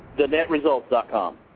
TheNetResults.com